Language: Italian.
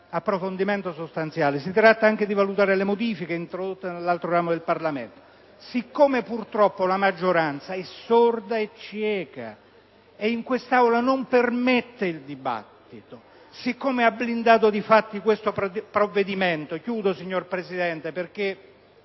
approfondimento sostanziale. Si tratta anche di valutare le modifiche introdotte nell'altro ramo del Parlamento, ma purtroppo la maggioranza è sorda e cieca e in quest'Aula non permette il dibattito, avendo blindato di fatto questo provvedimento. Termino, signor Presidente, perché